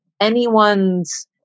anyone's